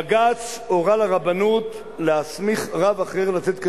בג"ץ הורה לרבנות להסמיך רב אחר לתת כשרות.